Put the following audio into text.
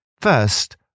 First